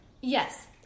yes